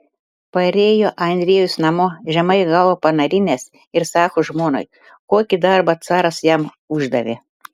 parėjo andrejus namo žemai galvą panarinęs ir sako žmonai kokį darbą caras jam uždavė